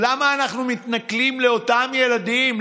למה אנחנו מתנכלים לאותם ילדים?